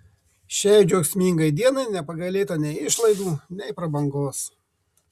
šiai džiaugsmingai dienai nepagailėta nei išlaidų nei prabangos